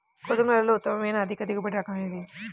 గోధుమలలో ఉత్తమమైన అధిక దిగుబడి రకం ఏది?